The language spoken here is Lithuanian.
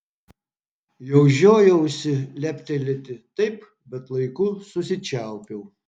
jau žiojausi leptelėti taip bet laiku susičiaupiau